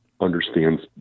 understands